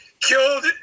killed